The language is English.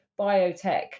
biotech